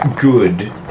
good